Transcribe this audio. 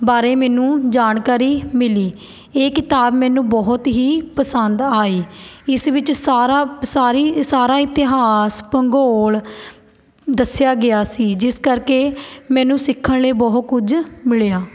ਬਾਰੇ ਮੈਨੂੰ ਜਾਣਕਾਰੀ ਮਿਲੀ ਇਹ ਕਿਤਾਬ ਮੈਨੂੰ ਬਹੁਤ ਹੀ ਪਸੰਦ ਆਈ ਇਸ ਵਿੱਚ ਸਾਰਾ ਸਾਰੀ ਸਾਰਾ ਇਤਿਹਾਸ ਭੂਗੋਲ ਦੱਸਿਆ ਗਿਆ ਸੀ ਜਿਸ ਕਰਕੇ ਮੈਨੂੰ ਸਿੱਖਣ ਲਈ ਬਹੁਤ ਕੁਝ ਮਿਲਿਆ